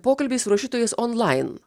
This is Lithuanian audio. pokalbiai su rašytojais onlain